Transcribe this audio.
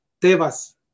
Tebas